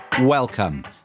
Welcome